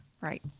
Right